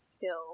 kill